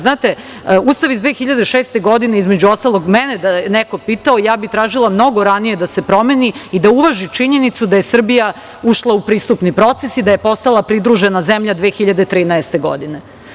Znate, Ustav iz 2006. godine, između ostalog mene da je neko pitao, ja bi tražila mnogo ranije da se promeni i da uvaži činjenicu da je Srbija ušla u pristupni proces i da je postala pridružena zemlja 2013. godine.